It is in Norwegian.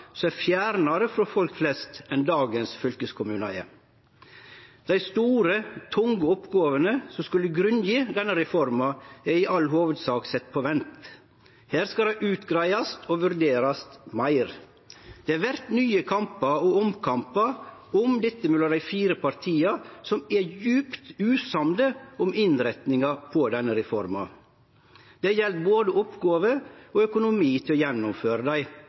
som er fjernare frå folk flest enn dagens fylkeskommunar er. Dei store, tunge oppgåvene som skulle grunngje denne reforma, er i all hovudsak sett på vent. Her skal det utgreiast og vurderast meir. Det vert nye kampar og omkampar om dette mellom dei fire partia, som er djupt usamde om innretninga på denne reforma. Det gjeld både oppgåver og økonomi til å gjennomføre dei.